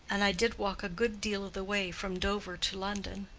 and i did walk a good deal of the way from dover to london.